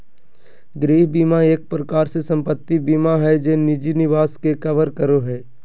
गृह बीमा एक प्रकार से सम्पत्ति बीमा हय जे निजी निवास के कवर करो हय